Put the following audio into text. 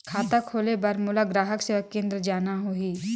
खाता खोले बार मोला ग्राहक सेवा केंद्र जाना होही?